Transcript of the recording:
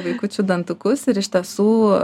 vaikučių dantukus ir iš tiesų